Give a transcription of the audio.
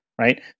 Right